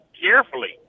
carefully